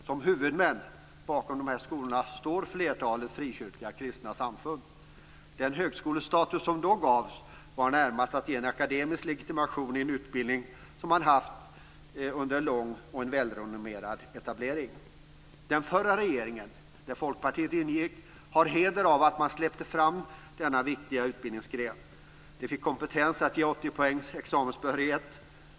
Som huvudmän bakom dessa skolor står flertalet frikyrkliga kristna samfund. Den högskolestatus som då gavs var närmast en akademisk legitimation i en utbildning som man haft under en lång och välrenommerad etablering. Den förra regeringen, där Folkpartiet ingick, har heder av att man släppte fram denna viktiga utbildningsgren. De fick kompetens att ge 80 poäng examensbehörighet.